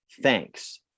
thanks